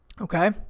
Okay